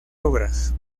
obras